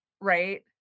Right